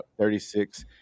36